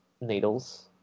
needles